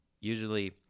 usually